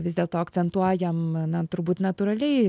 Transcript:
vis dėlto akcentuojam na turbūt natūraliai